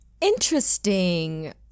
Interesting